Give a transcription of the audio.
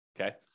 okay